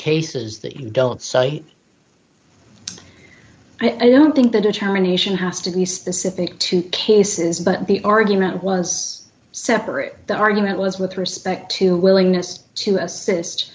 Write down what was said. cases that you don't cite i don't think the determination has to be specific to cases but the argument was separate the argument was with respect to willingness to assist